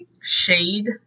shade